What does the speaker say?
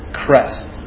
crest